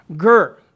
Ger